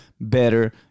better